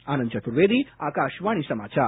आनंद चतुर्वेदी आकाशवाणी समाचार